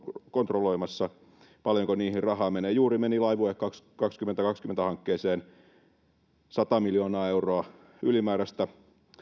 kontrolloimassa paljonko niihin rahaa menee juuri meni laivue kaksituhattakaksikymmentä hankkeeseen sata miljoonaa euroa ylimääräistä